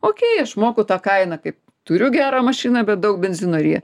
okei aš moku tą kainą kaip turiu gerą mašiną bet daug benzino ryja